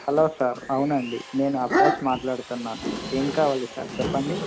hello sir అవునండి నేను అభ్యాస్ మాట్లాడుతున్నాను ఏం కావాలి సార్ చెప్పండి